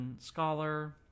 Scholar